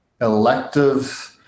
electives